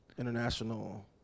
international